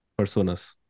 personas